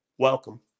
Welcome